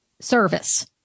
service